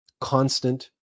constant